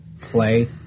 play